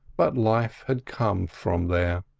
but life had come from there.